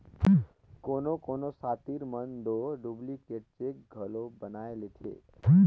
कोनो कोनो सातिर मन दो डुप्लीकेट चेक घलो बनाए लेथें